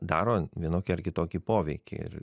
daro vienokį ar kitokį poveikį ir